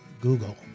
Google